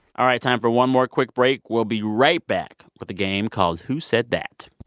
all right, time for one more quick break. we'll be right back with a game called, who said that?